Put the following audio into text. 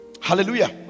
Hallelujah